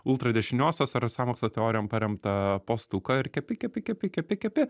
ultradešiniosios ar sąmokslo teorijom paremtą postuką ir kepi kepi kepi kepi kepi